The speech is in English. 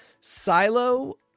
Silo